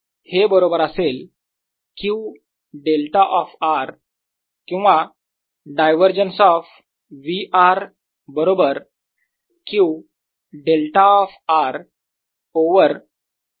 आणि हे बरोबर असेल Q डेल्टा ऑफ r किंवा डायव्हरजन्स ऑफ V r बरोबर Q delta of r over K ε0